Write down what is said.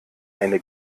eine